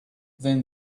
then